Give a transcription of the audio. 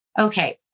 okay